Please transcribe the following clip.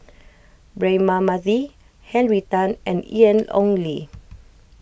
Braema Mathi Henry Tan and Ian Ong Li